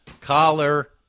Collar